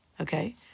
okay